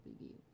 review